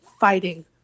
fighting